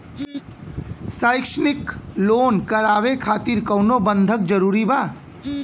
शैक्षणिक लोन करावे खातिर कउनो बंधक जरूरी बा?